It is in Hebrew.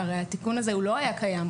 התיקון הזה לא היה קיים.